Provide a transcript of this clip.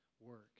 work